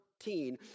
14